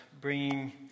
bringing